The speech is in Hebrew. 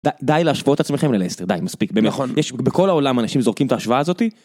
ד... די להשוות את עצמכם ללסטר. די. מספיק. באמת. נכון. יש... בכל העולם אנשים זורקים את ההשוואה הזאתי...